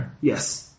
Yes